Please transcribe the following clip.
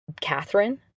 Catherine